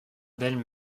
belle